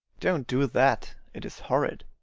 don't do that, it is horrid.